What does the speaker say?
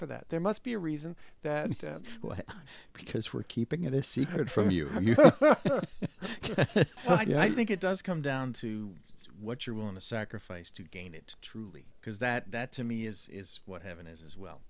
for that there must be a reason that because we're keeping it a secret from you i think it does come down to what you're willing to sacrifice to gain it truly because that to me is what heaven is well